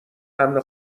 امن